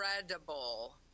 incredible